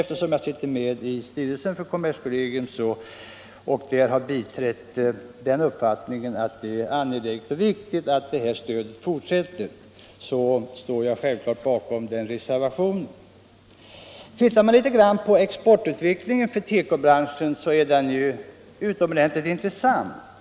Eftersom jag sitter med i styrelsen för kommerskollegium och har biträtt den uppfattningen att det är angeläget och viktigt att fortsätta med detta stöd står jag självfallet bakom den här reservationen. Om man ser på exportutvecklingen för teko-branschen finner man att den är utomordentligt intressant.